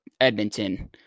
Edmonton